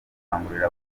bakangurira